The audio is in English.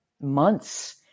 months